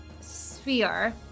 sphere